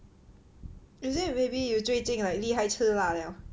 is it maybe you 最近 like 厉害吃辣 liao